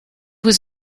was